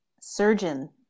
Surgeon